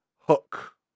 hook